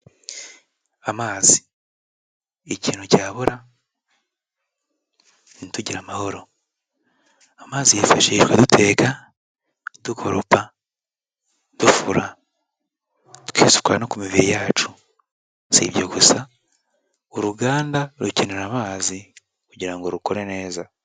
Amazi ikintu cyabura ntitugire amahoro, amazi yifashishwa duteka, dukoropa, dufura, twisuka no ku mibiri yacu, si ibyo gusa uruganda rukenera amazi kugira ngo rukore neza.